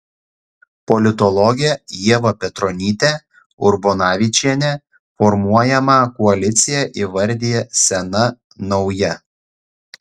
politologė ieva petronytė urbonavičienė formuojamą koaliciją įvardija sena nauja